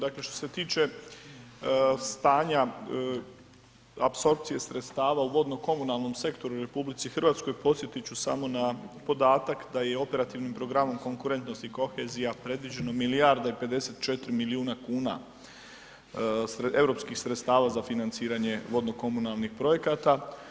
Dakle, što se tiče stanja apsorpcije sredstava u vodno komunalnom sektoru u RH, podsjetit ću samo na podatak da je operativnim programom konkurentnosti i kohezija predviđeno milijarda i 54 milijuna kuna europskih sredstava za financiranje vodno komunalnih projekata.